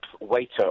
waiter